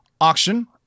auction